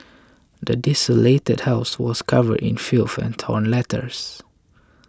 the desolated house was covered in filth torn letters